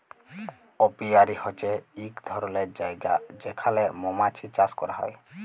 apiary হছে ইক ধরলের জায়গা যেখালে মমাছি চাষ ক্যরা হ্যয়